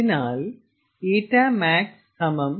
അതിനാൽ ƞ max TH